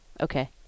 Okay